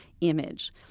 image